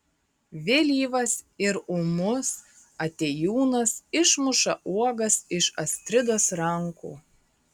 vėlyvas ir ūmus atėjūnas išmuša uogas iš astridos rankų